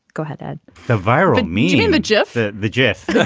go ahead the viral meaning the jeff the jeff